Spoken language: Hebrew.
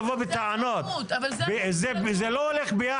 למרות שזה אמור להיות מקצועי פרופר,